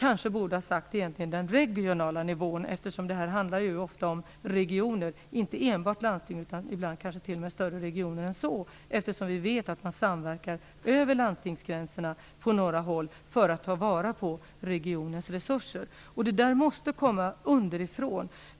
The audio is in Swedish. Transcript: Jag borde kanske egentligen ha sagt den regionala nivån, eftersom det här ofta handlar om regioner, inte enbart om landsting utan ibland kanske t.o.m. om större områden än så. Vi vet att man på några håll samverkar över landstingsgränserna för att ta vara på regionens resurser. Detta måste komma underifrån.